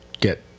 get